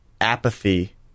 apathy